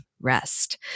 rest